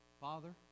Father